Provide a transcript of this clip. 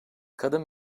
kadın